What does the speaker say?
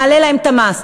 נעלה להם את המס.